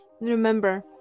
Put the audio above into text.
Remember